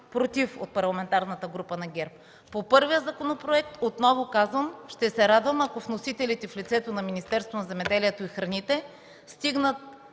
ние – от Парламентарната група на ГЕРБ, ще гласуваме „против”. По първия законопроект отново казвам, ще се радвам, ако вносителите в лицето на Министерството на земеделието и храните стигнат